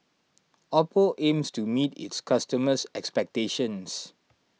Oppo aims to meet its customers' expectations